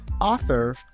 author